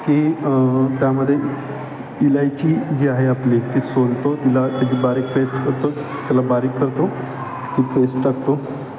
की त्यामध्ये इलायची जी आहे आपली ती सोलतो तिला तिची बारीक पेस्ट करतो त्याला बारीक करतो ती पेस्ट टाकतो